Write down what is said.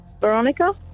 Veronica